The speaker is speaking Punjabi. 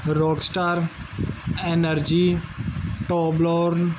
ਰੋਕ ਸਟਾਰ ਐਨਰਜੀ ਟੋਪ ਲੋਰਨ